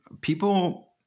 People